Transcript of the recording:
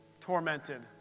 tormented